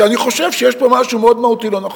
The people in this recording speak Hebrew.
כי אני חושב שיש פה משהו מאוד מהותי לא נכון.